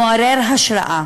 מעורר השראה.